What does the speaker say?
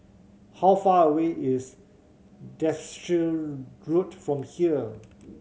how far away is Derbyshire Road from here